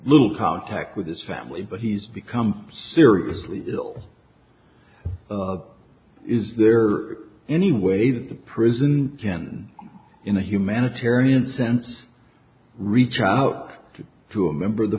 little contact with his family but he's become seriously ill is there any way that the prison in the humanitarian sense reach out to a member of the